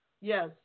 Yes